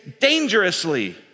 dangerously